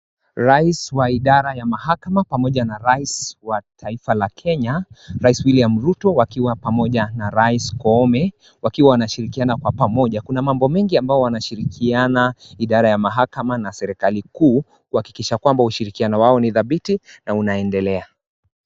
Rais wa idara ya mahakama pamoja na Rais wa taifa la Kenya, Rais William Ruto wakiwa pamoja na Rais Koome wakiwa wanashirikiana kwa pamoja, kuna mambo mengi ambayo wanashirikiana idara ya mahakama na serikali kuu kuhakikisha kwamba ushirikiano wao ni dhabiti na unaendelea.